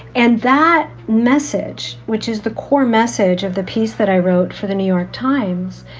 and that message, which is the core message of the piece that i wrote for the new york times,